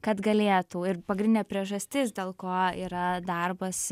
kad galėtų ir pagrindinė priežastis dėl ko yra darbas